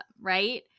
right